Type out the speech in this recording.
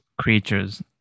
creatures